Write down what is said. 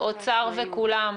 אוצר וכולם,